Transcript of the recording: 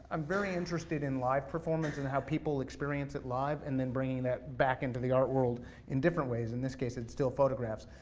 i'm very interested in live performances and how people experience it live, and then bringing that back into the art world in different ways, in this case it's still photographs.